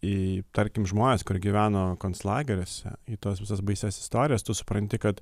į tarkim žmones kur gyveno konclageriuose į tas visas baisias istorijas tu supranti kad